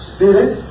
Spirit